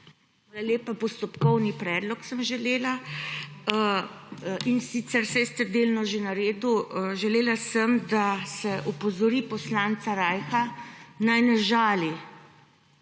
lepa. Postopkovni predlog sem želela. In sicer saj ste delno že naredili. Želela sem, da se opozori poslanca Rajha, naj ne žali.